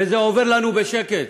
וזה עובר לנו בשקט.